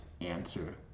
answer